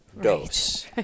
dose